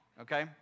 okay